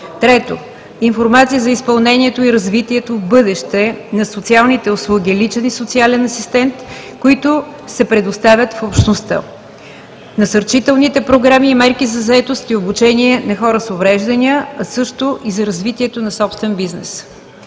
г. 3. Информация за изпълнението и развитието в бъдеще на: - социалните услуги „личен“ и „социален“ асистент, които се предоставят в общността; - насърчителните програми и мерки за заетост и обучение на хора с увреждания, а също и за развитието на собствен бизнес.